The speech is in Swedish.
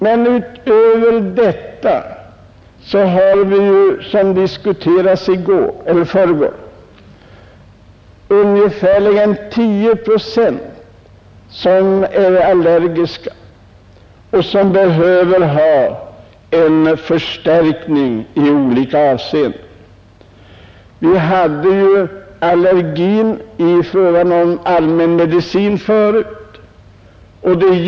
Därutöver har vi det förhållandet att ungefär 10 procent av befolkningen är allergiska. Vi har tidigare diskuterat allergin inom allmänmedicinen.